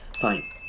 Fine